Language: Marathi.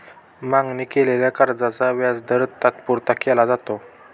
मागणी केलेल्या कर्जाचा व्याजदर तात्पुरता केला जातो